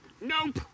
Nope